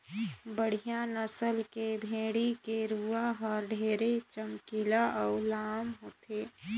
बड़िहा नसल के भेड़ी के रूवा हर ढेरे चमकीला अउ लाम होथे